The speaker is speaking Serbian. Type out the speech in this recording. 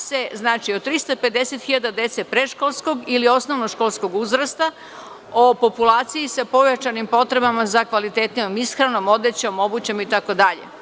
Radi se, znači, o 350 hiljada dece predškolskog ili osnovnog školskog uzrasta o populaciji sa pojačanim potrebama za kvalitetnijom ishranom, odećom, obućom itd.